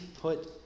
put